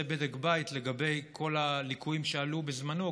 בדק בית לגבי כל הליקויים שעלו בזמנו,